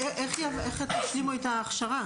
איך תשלימו את ההכשרה?